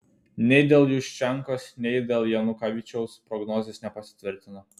nei dėl juščenkos nei dėl janukovyčiaus prognozės nepasitvirtino